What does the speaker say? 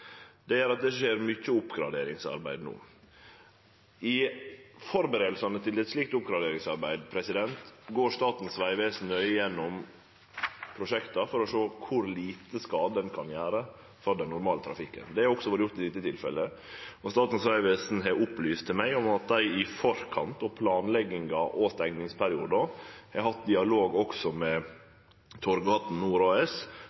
Det gjer at det skjer mykje oppgraderingsarbeid no. I førebuingane til eit slikt oppgraderingsarbeid går Statens vegvesen nøye igjennom prosjekta for å sjå kor lite skade ein kan gjere for den normale trafikken. Det har også vorte gjort i dette tilfellet. Statens vegvesen har opplyst meg om at dei i forkant og i planleggings- og stengingsperioden har hatt dialog også